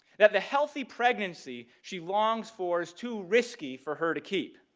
that the healthy pregnancy she longs for is too risky for her to keep.